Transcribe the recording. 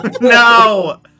No